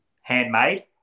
handmade